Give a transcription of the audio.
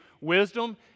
wisdom